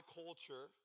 culture